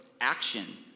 action